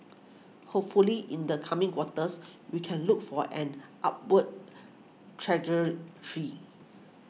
hopefully in the coming quarters we can look for an upward trajectory